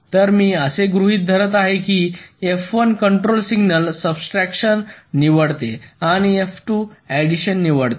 तर मी असे गृहीत धरत आहे की F1 कंट्रोल सिग्नल सब्स्ट्रक्शन निवडते आणि F2 ऍडिशन निवडते